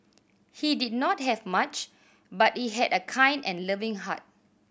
he did not have much but he had a kind and loving heart